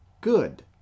good